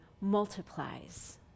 multiplies